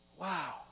Wow